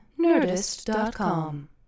Nerdist.com